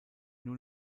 nur